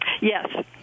Yes